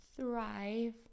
thrive